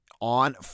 on